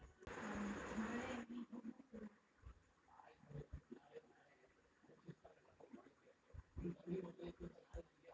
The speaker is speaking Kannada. ಒಂದೆ ಜಾಗದಾಗ್ ಭಾಳ ಜಾಸ್ತಿ ಕ್ರಿಮಿ ಕೀಟಗೊಳ್ ಇದ್ದುರ್ ಅದು ನೆಲ, ಜಾಗ ಮತ್ತ ಹೊಲಾ ಪೂರ್ತಿ ಹಾಳ್ ಆತ್ತುದ್